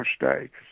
mistakes